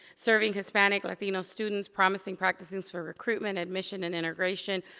serving hispanic latino students, promising practices for recruitment, admission, and integration.